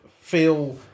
feel